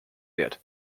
wird